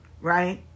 right